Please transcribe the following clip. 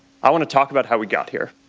i want to talk about how we got here.